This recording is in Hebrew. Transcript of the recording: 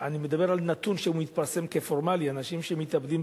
אני מדבר על נתון שמתפרסם כפורמלי, בארץ